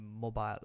mobile